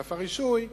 אגף הרישוי,